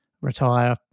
retire